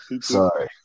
Sorry